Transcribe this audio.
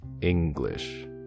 English